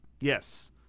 Yes